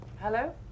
Hello